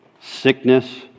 Sickness